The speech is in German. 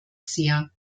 sehr